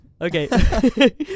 Okay